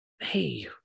hey